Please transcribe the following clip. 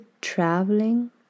traveling